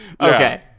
Okay